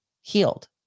healed